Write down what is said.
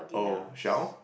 oh shell